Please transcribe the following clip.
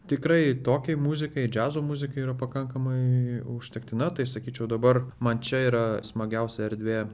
tikrai tokiai muzikai džiazo muzikai yra pakankamai užtektina tai sakyčiau dabar man čia yra smagiausia erdvė